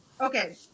okay